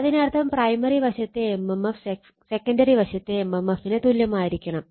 അതിനർത്ഥം പ്രൈമറി വശത്തെ MMF secondary വശത്തെ എം എം എഫിന് തുല്യമായിരിക്കണം